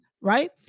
right